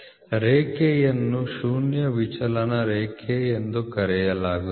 ರೇಖೆಯನ್ನು ಶೂನ್ಯ ವಿಚಲನ ರೇಖೆ ಎಂದು ಕರೆಯಲಾಗುತ್ತದೆ